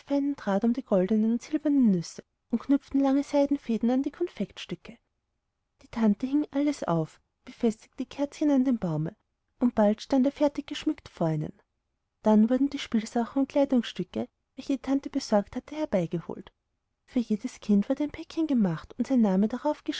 um die goldnen und silbernen nüsse und knüpften lange seidenfäden an die konfektstücke die tante hing alles auf befestigte die kerzchen an dem baume und bald stand er fertig geschmückt vor ihnen dann wurden die spielsachen und kleidungsstücke welche die tante besorgt hatte herbeigeholt für jedes kind wurde ein päckchen gemacht und sein name